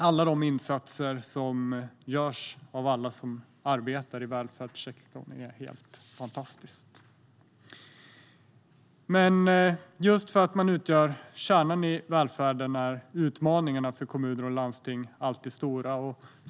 Alla de insatser som görs av alla som arbetar i välfärdssektorn är helt fantastiska. Men just för att kommuner och landsting utgör kärnan i välfärden är utmaningarna för dem alltid stora.